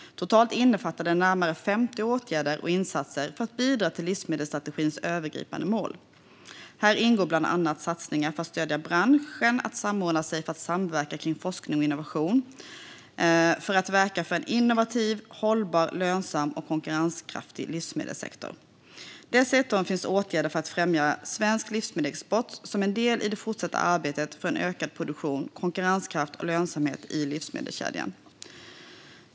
Totalt innefattar det närmare 50 åtgärder och insatser för att bidra till livsmedelsstrategins övergripande mål. Här ingår bland annat satsningar för att stödja branschen att samordna sig för att samverka kring forskning och innovation, för att verka för en innovativ, hållbar, lönsam och konkurrenskraftig livsmedelssektor. Dessutom finns åtgärder för att främja svensk livsmedelsexport som en del i det fortsatta arbetet för en ökad produktion, konkurrenskraft och lönsamhet i livsmedelskedjan.